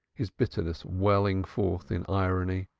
his bitterness welling forth in irony.